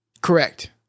Correct